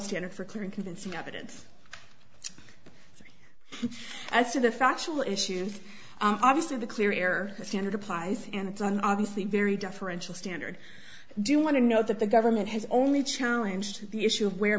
standard for clear and convincing evidence as to the factual issues and obviously the clear error standard applies and it's an obviously very deferential standard do you want to know that the government has only challenge the issue of where